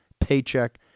paycheck